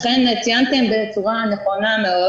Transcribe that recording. אכן, ציינתם בצורה נכונה מאוד